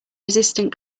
resistant